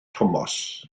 tomos